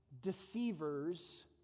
deceivers